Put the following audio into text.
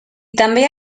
també